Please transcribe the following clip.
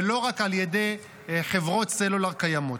ולא רק על ידי חברות סלולר קיימות.